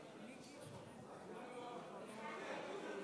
מיקי אני לא יכול.